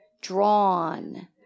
Drawn